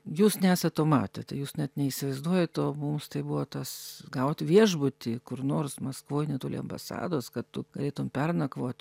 jūs nesat to matę tai jūs net neįsivaizduojat o mums tai buvo tas gauti viešbutį kur nors maskvoj netoli ambasados kad tu galėtum pernakvot